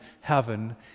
heaven